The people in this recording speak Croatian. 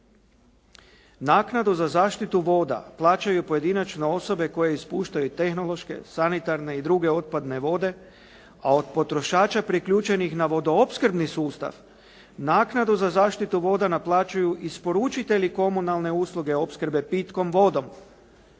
Naknadu za zaštitu voda plaćaju pojedinačno osobe koje ispuštaju tehnološke, sanitarne i druge otpadne vode, a od potrošača priključenih na vodoopskrbni sustav naknadu za zaštitu voda naplaćuju isporučitelji komunalne usluge opskrbe pitkom vodom.